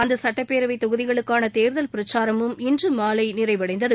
அந்தசட்டப் பேரவைத் தொகுதிகளுக்கானதோதல் பிரச்சாரமும் இன்றுமாலைநிறைவடைந்தது